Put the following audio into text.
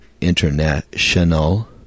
International